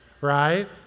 right